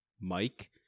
mike